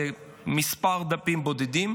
זה כמה דפים בודדים.